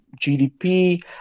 gdp